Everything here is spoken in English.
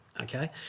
okay